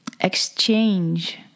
exchange